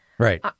Right